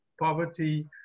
poverty